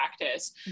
practice